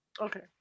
okay